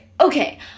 okay